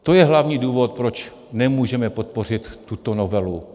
To je hlavní důvod, proč nemůžeme podpořit tuto novelu.